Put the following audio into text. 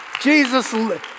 Jesus